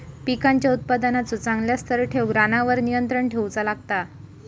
पिकांच्या उत्पादनाचो चांगल्या स्तर ठेऊक रानावर नियंत्रण ठेऊचा लागता